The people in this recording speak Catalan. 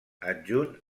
adjunt